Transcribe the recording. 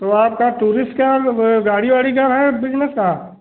तो आपका टूरिस का गाड़ी वाड़ी का है बिजनेस का